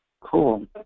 Cool